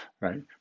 right